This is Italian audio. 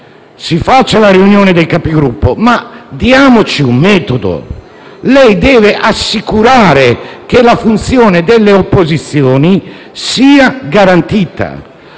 si faccia la riunione dei Capigruppo, ma diamoci un metodo. Lei, signor Presidente, deve assicurare che la funzione delle opposizioni sia garantita.